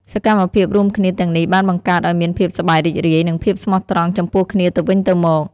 សកម្មភាពរួមគ្នាទាំងនេះបានបង្កើតឱ្យមានភាពសប្បាយរីករាយ និងភាពស្មោះត្រង់ចំពោះគ្នាទៅវិញទៅមក។